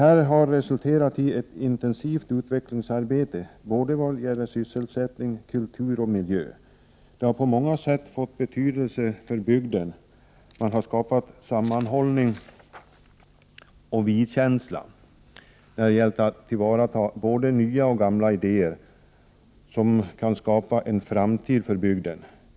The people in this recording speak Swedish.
Det har resulterat i ett intensivt utvecklingsarbete när det gäller såväl sysselsättning som kultur och miljö. Det har på många sätt fått betydelse för bygden; det har skapat sammanhållning och vi-känsla när det gäller att tillvarata både nya och gamla idéer som kan skapa en framtid för bygden.